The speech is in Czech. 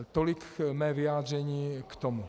Tolik mé vyjádření k tomu.